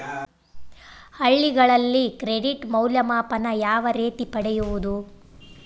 ಹಳ್ಳಿಗಳಲ್ಲಿ ಕ್ರೆಡಿಟ್ ಮೌಲ್ಯಮಾಪನ ಯಾವ ರೇತಿ ಪಡೆಯುವುದು?